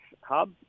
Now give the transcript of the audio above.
hub